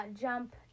jump